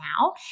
now